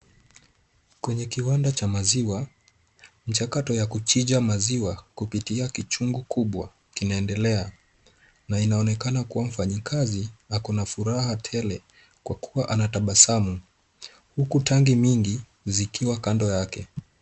Kwenye kiwanda cha maziwa, mchakato ya kuchinja maziwa kupitia kichungi kubwa kinaendelea, na inaonekaa kuwa mfanyikazi ako na furaha tela kwa kuwa anatabasamu, huku tangi mingi zikiwa kando yake.